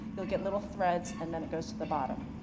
you'll get little threads and then it goes to the bottom.